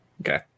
Okay